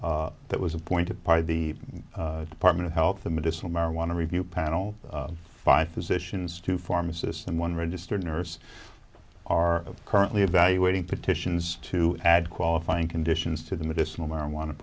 that was appointed by the department of health the medicinal marijuana review panel by physicians to pharmacists and one registered nurse are currently evaluating petitions to add qualifying conditions to the medicinal marijuana